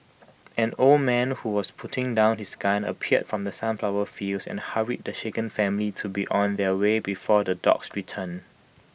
an old man who was putting down his gun appeared from the sunflower fields and hurried the shaken family to be on their way before the dogs return